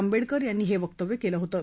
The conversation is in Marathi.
आंबेडकर यांनी हे वक्तव्य केलं होतं